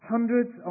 hundreds